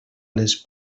les